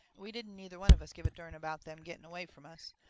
we didn't neither one of us give a dern about them getting away from us.